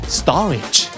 storage